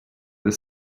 the